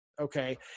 okay